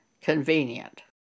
convenient